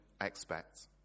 expect